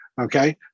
Okay